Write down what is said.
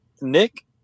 Nick